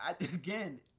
Again